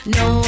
no